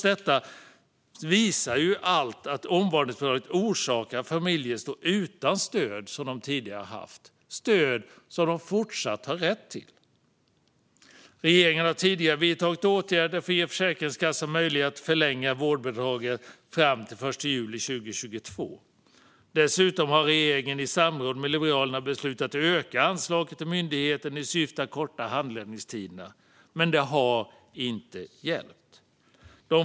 Allt visar att omvårdnadsbidraget orsakat att familjer står utan stöd som de tidigare haft och som de fortsatt har rätt till. Regeringen har tidigare vidtagit åtgärder för att ge Försäkringskassan möjlighet att förlänga vårdbidraget fram till den 1 juli 2022. Dessutom har regeringen i samråd med Liberalerna beslutat att öka anslaget till myndigheten i syfte att korta handläggningstiderna. Men det har inte hjälpt.